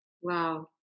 Wow